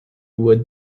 would